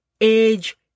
Age